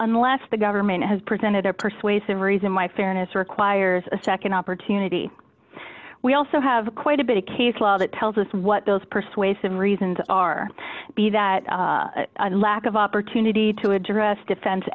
unless the government has presented a persuasive reason why fairness requires a nd opportunity we also have quite a bit of case law that tells us what those persuasive reasons are be that lack of opportunity to address defen